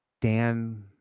Dan